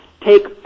take